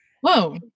Whoa